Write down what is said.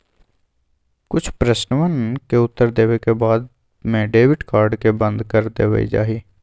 कुछ प्रश्नवन के उत्तर देवे के बाद में डेबिट कार्ड के बंद कर देवल जाहई